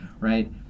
Right